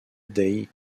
dei